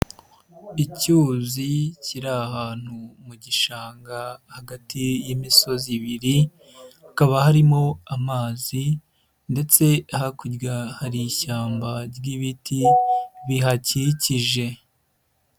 Icyuzi kiri ahantu mu gishanga hagati y'imisozi ibiri, hakaba harimo amazi ndetse hakurya hari ishyamba ry'ibiti bihakikije.